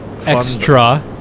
Extra